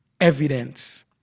evidence